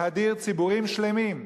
להדיר ציבורים שלמים,